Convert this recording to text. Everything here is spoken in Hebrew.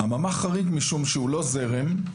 הממ"ח חריג משום שהוא לא זרם,